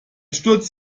sturz